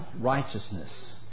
righteousness